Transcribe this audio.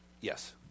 Yes